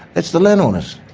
it's the landowners.